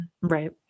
right